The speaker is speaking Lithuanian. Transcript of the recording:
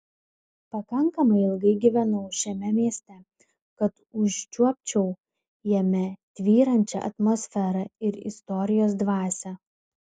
pakankamai ilgai gyvenau šiame mieste kad užčiuopčiau jame tvyrančią atmosferą ir istorijos dvasią